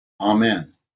Amen